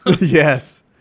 Yes